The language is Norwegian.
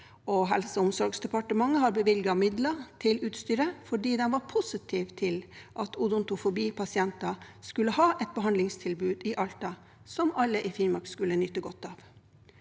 Helse- og omsorgsdepartementet har bevilget midler til utstyret fordi de var positive til at odontofobipasienter skulle ha et behandlingstilbud i Alta, som alle i Finnmark skulle nyte godt av.